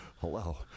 Hello